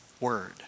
word